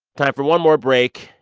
time for one more break.